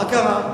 מה קרה?